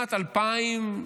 משנת 2016